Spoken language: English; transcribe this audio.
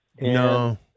No